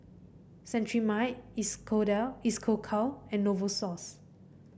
Cetrimide Isocal and Novosource